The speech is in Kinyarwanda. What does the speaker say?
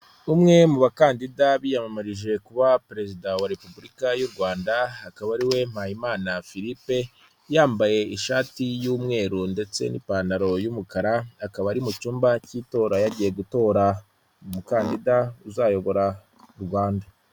Umwe mu bakandida biyamamarije kuba Perezida wa Repubulika y'u Rwanda, akaba ariwe Mpayimana Philipe, yambaye ishati y'umweru ndetse n'ipantaro y'umukara, akaba ari mu cyumba cy'itora yagiye gutora umukandida uzayobora u Rwanda.